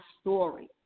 story